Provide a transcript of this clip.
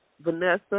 Vanessa